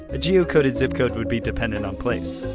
a geocoded zip code would be dependent on place.